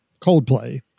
Coldplay